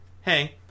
Hey